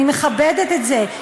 אני מכבדת את זה.